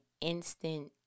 instant